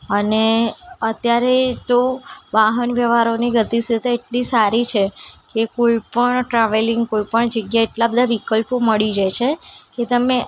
અને અત્યારે તો વાહન વ્યવહારોની ગતિશીલતા એટલી સારી છે કે કોઇપણ ટ્રાવેલિંગ કોઇપણ જગ્યાએ એટલા બધા વિકલ્પો મળી જાય છે કે તમે